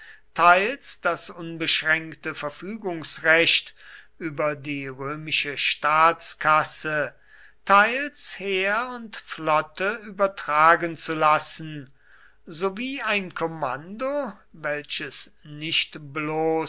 teils das unbeschränkte verfügungsrecht über die römische staatskasse teils heer und flotte übertragen zu lassen sowie ein kommando welches nicht bloß